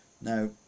Now